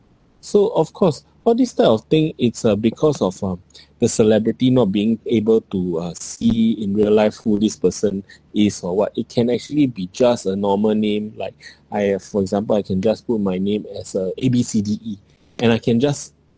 so of course all this type of thing it's uh because of uh the celebrity not being able to uh see in real life who this person is or what it can actually be just a normal name like I have for example I can just put my name as uh A B C D E and I can just